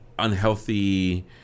unhealthy